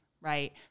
right